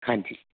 ਹਾਂਜੀ